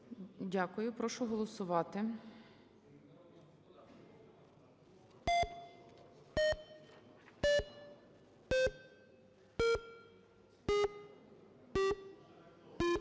Дякую. Прошу голосувати.